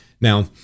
Now